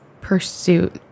pursuit